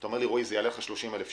אומר: זה יעלה לך 30,000 שקל,